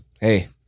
Hey